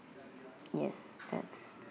yes that's